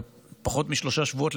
פחות משלושה שבועות,